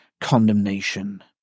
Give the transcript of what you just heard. condemnation